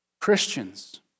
Christians